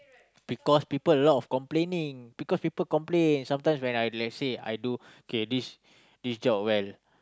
because people a lot of complaining because people complain sometimes when I let say I do okay this this job well